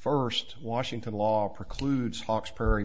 first washington law precludes hawks p